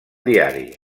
diari